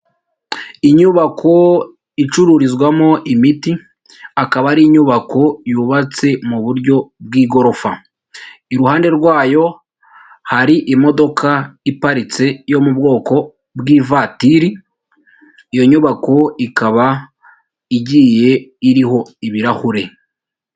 Inyubako icururizwamo imiti, ikaba ari inyubako yubatse mu buryo bw'igorofa, iruhande rwayo hari imodoka iparitse yo mu bwoko bw'ivatiri, iyo nyubako ikaba igiye iriho ibirahure.